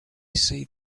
see